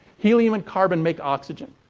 helium and carbon make oxygen.